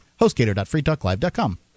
Hostgator.freetalklive.com